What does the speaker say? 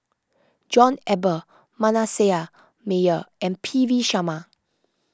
John Eber Manasseh Meyer and P V Sharma